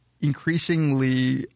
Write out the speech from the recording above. increasingly